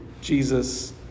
Jesus